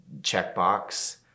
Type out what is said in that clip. checkbox